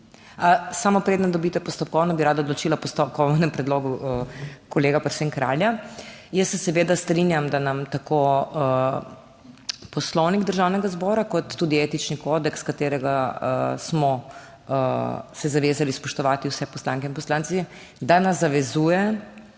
Samo preden dobite postopkovno, bi rada odločila o postopkovnem predlogu, kolega Prosen Kralja. Jaz se seveda strinjam, da nam tako Poslovnik Državnega zbora kot tudi etični kodeks, katerega smo se zavezali spoštovati vse poslanke in poslanci, da nas zavezuje,